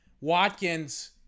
Watkins